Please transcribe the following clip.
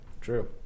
True